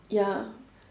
ya